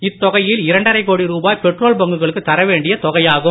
இத்தொகையில் இரண்டரை கோடி ரூபாய் பெட்ரோல் பங்க்குகளுக்கு தரவேண்டிய தொகையாகும்